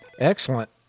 Excellent